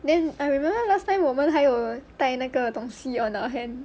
then I remember last time 我们还有带那个东西 on our hand